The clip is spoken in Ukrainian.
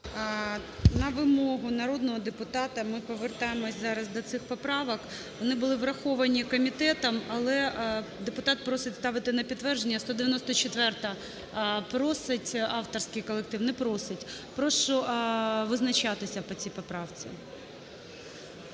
На вимогу народного депутата, ми повертаємося зараз до цих поправок, вони були враховані комітетом, але депутат просить ставити на підтвердження, 194-а. Просить авторський колектив? Не просить. Прошу визначатися по цій поправці.